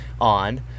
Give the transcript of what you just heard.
on